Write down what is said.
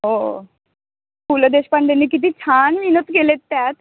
हो पु ल देशपांडेंनी किती छान विनोद केले आहेत त्यात